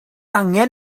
angen